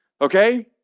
Okay